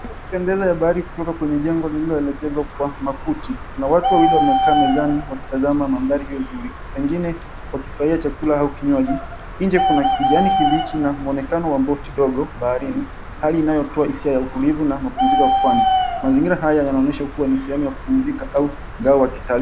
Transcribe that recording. Kupendeza ya bahari kutoka kwenye jengo lililoelekezwa kwa makuti. Kuna watu wawili wamekaa mezani wakitazama mandhari hio zuri, wengine wakifurahia chakula au kinywaji. Nje kuna kijani kibichi na muonekano wa boti dogo baharini hali inayotoa hisia ya utulivu na mapumziko ya pwani. Mazingira haya yanaonyesha kua ni sehemu ya kupumzika au mukahawa wa kitalii.